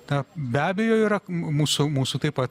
ta be abejo yra mūsų mūsų taip pat